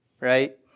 right